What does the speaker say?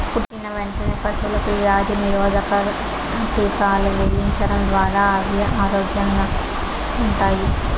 పుట్టిన వెంటనే పశువులకు వ్యాధి నిరోధక టీకాలు వేయించడం ద్వారా అవి ఆరోగ్యంగా ఉంటాయి